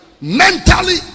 Mentally